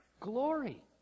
glory